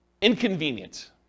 inconvenient